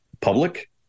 public